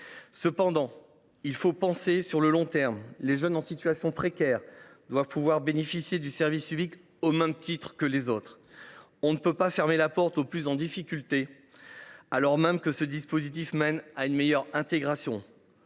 Cependant, il faut penser à long terme. Les jeunes en situation précaire doivent pouvoir bénéficier du service civique au même titre que les autres. On ne peut pas fermer la porte aux personnes les plus en difficulté, alors même que ce dispositif mène à une meilleure intégration